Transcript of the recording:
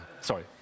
Sorry